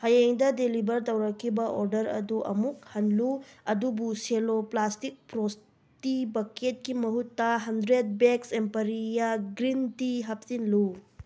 ꯍꯌꯦꯡꯗ delivery ꯇꯧꯔꯛꯈꯤꯕ order ꯑꯗꯨ ꯑꯃꯨꯛ ꯍꯜꯂꯨ ꯑꯗꯨꯕꯨ ꯁꯦꯜꯂꯣ ꯄ꯭ꯂꯥꯁꯇꯤꯛ ꯐ꯭ꯔꯣꯁꯇꯤ ꯕꯛꯀꯦꯠꯀꯤ ꯃꯍꯨꯠꯇ ꯍꯟꯗ꯭ꯔꯦꯠ ꯕꯦꯛꯁ ꯑꯦꯝꯄꯔꯤꯌꯥ ꯒ꯭ꯔꯤꯟ ꯇꯤ ꯍꯥꯞꯆꯤꯜꯂꯨ